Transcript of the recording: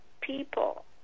people